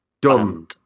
done